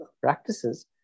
practices